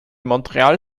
montreal